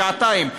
שעתיים,